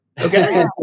Okay